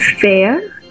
Fair